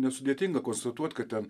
nesudėtinga konstatuot kad ten